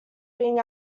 being